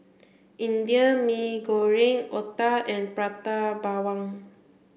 Indian Mee Goreng Otah and Prata Bawang